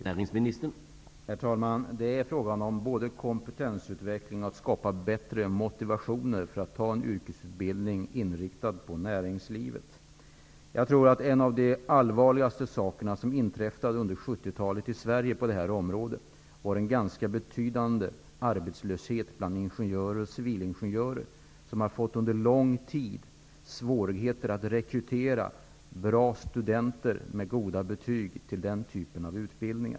Herr talman! Det är fråga om både kompetensutveckling och att skapa bättre motivation för att gå en yrkesutbildning inriktad på näringslivet. Jag tror att en av de allvarligaste saker som inträffade i Sverige på detta område under 1970-talet var den ganska betydande arbetslösheten bland ingenjörer och civilingenjörer, vilken under lång tid medförde svårigheter att rekrytera bra studenter med goda betyg till den typen av utbildning.